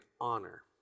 honor